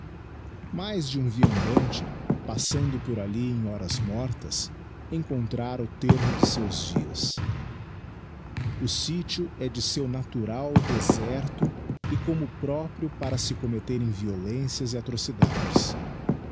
mais de um viandante passando por alli em horas mortas encontrara o termo de seus dias o sitio é de seu natural deserto e como próprio para se commetterem violências e atrocidades